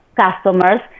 customers